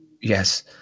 Yes